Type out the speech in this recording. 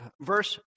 verse